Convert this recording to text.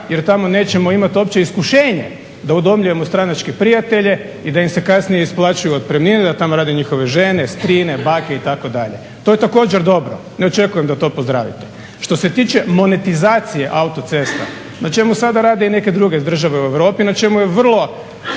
jer tamo nećemo imati uopće iskušenje da udomljujemo stranačke prijatelje i da im se kasnije isplaćuju otpremnine, da tamo rade njihove žene, strine, bake itd. To je također dobro, ne očekujem da to pozdravite. Što se tiče monetizacije autocesta na čemu sada rade i neke druge države u Europi, na čemu je vrlo